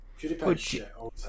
PewDiePie